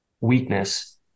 weakness